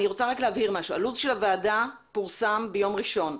להבהיר משהו: הלו"ז של הוועדה פורסם ביום ראשון.